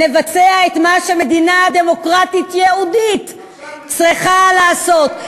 נבצע את מה שמדינה דמוקרטית יהודית צריכה לעשות.